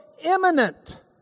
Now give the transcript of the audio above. imminent